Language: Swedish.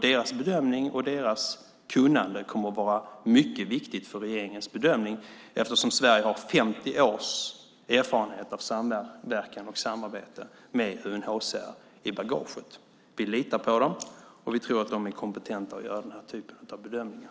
Deras bedömning och deras kunnande kommer att vara mycket viktig för regeringens bedömning, eftersom Sverige har 50 års erfarenhet av samverkan och samarbete med UNHCR i bagaget. Vi litar på dem, och vi tror att de är kompetenta att göra den här typen av bedömningar.